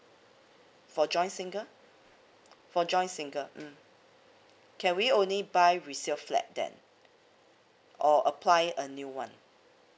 for joint single for joint single mm can we only buy resale flat then or apply a new one